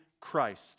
Christ